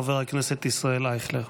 חבר הכנסת ישראל אייכלר.